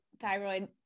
thyroid